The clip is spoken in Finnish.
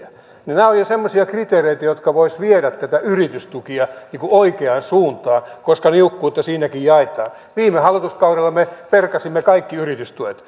nämä ovat jo semmoisia kriteereitä jotka voisivat viedä näitä yritystukia oikeaan suuntaan koska niukkuutta siinäkin jaetaan viime hallituskaudella me perkasimme kaikki yritystuet